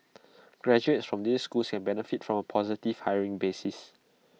graduates from these schools can benefit from A positive hiring bias